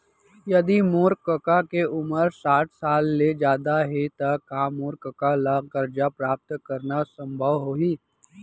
यदि मोर कका के उमर साठ साल ले जादा हे त का मोर कका ला कर्जा प्राप्त करना संभव होही